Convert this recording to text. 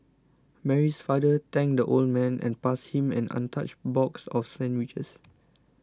Mary's father thanked the old man and passed him an untouched box of sandwiches